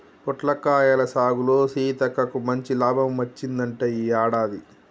పొట్లకాయల సాగులో సీతక్కకు మంచి లాభం వచ్చిందంట ఈ యాడాది